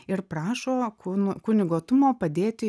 ir prašo kūn kunigo tumo padėti